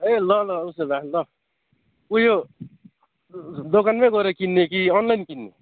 ए ल ल उसो भए ल उयो दोकानमै गएर किन्ने कि अनलाइन किन्ने